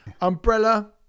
Umbrella